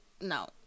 no